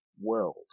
world